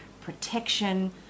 protection